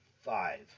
five